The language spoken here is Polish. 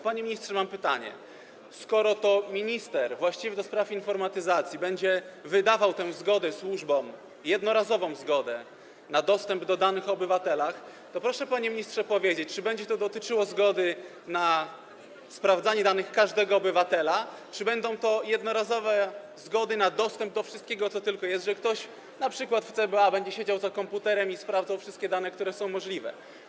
Panie ministrze, mam pytanie: Skoro to minister właściwy do spraw informatyzacji będzie wydawał służbom jednorazową zgodę na dostęp do danych o obywatelach, to proszę powiedzieć, panie ministrze, czy będzie to dotyczyło zgody na sprawdzanie danych każdego obywatela, czy będą to jednorazowe zgody na dostęp do wszystkiego, co tylko jest, czyli że ktoś np. w CBA będzie siedział przed komputerem i sprawdzał wszystkie dane, jakie są możliwe.